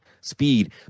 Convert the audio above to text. speed